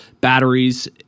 batteries